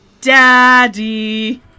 Daddy